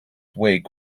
wig